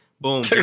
Boom